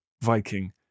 Viking